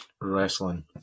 Wrestling